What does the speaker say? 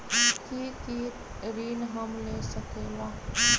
की की ऋण हम ले सकेला?